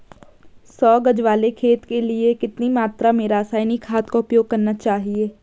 सौ गज वाले खेत के लिए कितनी मात्रा में रासायनिक खाद उपयोग करना चाहिए?